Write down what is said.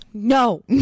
No